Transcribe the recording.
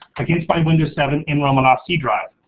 against my windows seven nromanoff-c-drive.